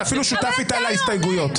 ואתה אפילו שותף איתה להסתייגויות.